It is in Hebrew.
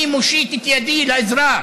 אני מושיט את ידי לאזרח,